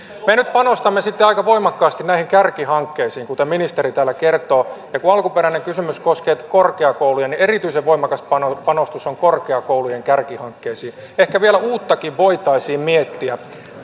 me nyt panostamme aika voimakkaasti näihin kärkihankkeisiin kuten ministeri täällä kertoo ja kun alkuperäinen kysymys koskee korkeakouluja niin erityisen voimakas panostus panostus on korkeakoulujen kärkihankkeisiin ehkä vielä uuttakin voitaisiin miettiä